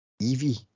Evie